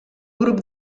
grup